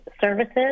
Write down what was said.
services